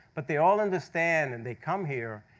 but they all understand. and they come here,